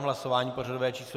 Hlasování pořadové číslo 279.